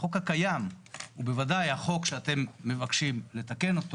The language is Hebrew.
שהחוק הקיים ובוודאי החוק שאתם מבקשים לתקן אותו